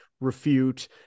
refute